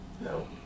no